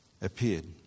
appeared